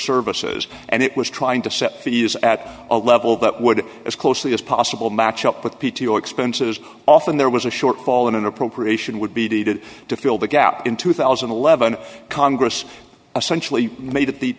services and it was trying to set for us at a level that would as closely as possible match up with p t o expenses often there was a shortfall in an appropriation would be dated to fill the gap in two thousand and eleven congress essential made it the